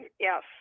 Yes